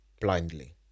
blindly